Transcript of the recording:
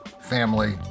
family